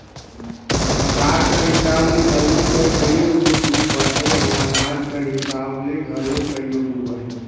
अकार कर हिसाब ले चलनी कर कइयो गोट रूप अहे अउ अनाज कर हिसाब ले घलो कइयो रूप अहे